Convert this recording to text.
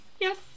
yes